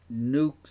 nukes